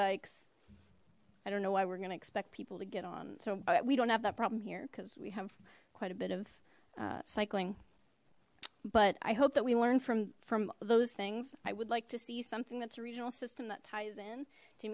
bikes i don't know why we're gonna expect people to get on so we don't have that problem here because we have quite a bit of cycling but i hope that we learned from from those things i would like to see something that's a regional system that ties in to